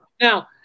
Now